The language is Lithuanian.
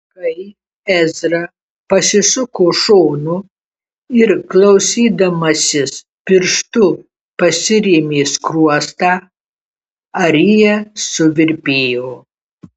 kai ezra pasisuko šonu ir klausydamasis pirštu pasirėmė skruostą arija suvirpėjo